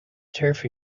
turf